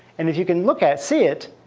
and as you can look at, see it,